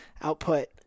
output